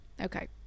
Okay